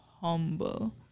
humble